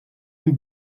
von